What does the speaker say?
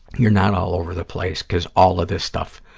you're not all over the place because all of this stuff